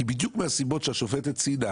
כי בדיוק מהסיבות שהשופטת ציינה,